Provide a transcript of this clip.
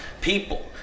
people